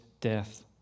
death